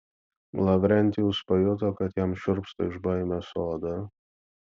lavrentijus pajuto kad jam šiurpsta iš baimės oda